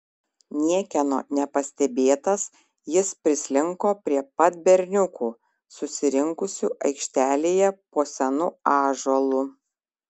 niekieno nepastebėtas jis prislinko prie pat berniukų susirinkusių aikštelėje po senu ąžuolu